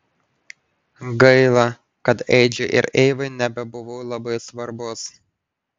gaila kad edžiui ir eivai nebebuvau labai svarbus